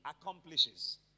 accomplishes